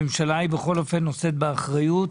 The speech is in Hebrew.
הממשלה בכל אופן נושאת באחריות.